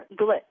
Glitch